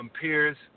peers